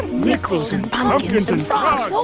nickels and pumpkins and frogs, oh